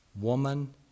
woman